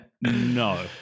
No